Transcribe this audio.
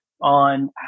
on